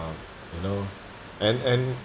um you know and and